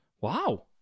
Wow